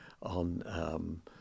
on